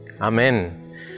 amen